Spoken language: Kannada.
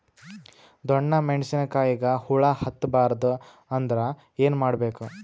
ಡೊಣ್ಣ ಮೆಣಸಿನ ಕಾಯಿಗ ಹುಳ ಹತ್ತ ಬಾರದು ಅಂದರ ಏನ ಮಾಡಬೇಕು?